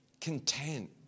content